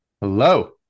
Hello